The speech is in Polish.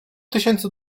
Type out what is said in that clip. tysięcy